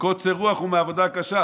מקוצר רוח ומעבודה קשה.